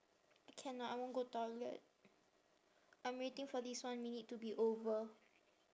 cannot I want go toilet I'm waiting for this one minute to be over